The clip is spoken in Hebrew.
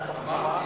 מהתחבורה,